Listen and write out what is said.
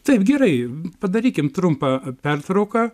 taip gerai padarykim trumpą pertrauką